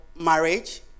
marriage